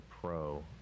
pro